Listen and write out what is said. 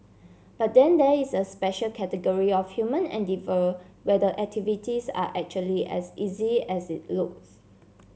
but then there is a special category of human endeavour where the activities are actually as easy as it looks